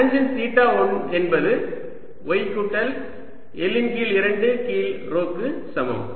tangent theta 1 என்பது y கூட்டல் L இன் கீழ் 2 கீழ் ρ க்கு சமம்